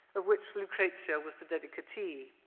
of which lucrezia was the dedicatee.